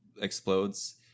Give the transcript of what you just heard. explodes